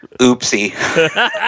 oopsie